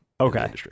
Okay